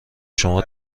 شما